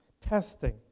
Testing